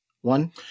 One